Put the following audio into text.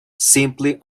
simply